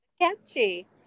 catchy